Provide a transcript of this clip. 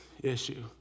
issue